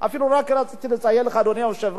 רק רציתי לציין לך, אדוני היושב-ראש,